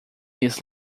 his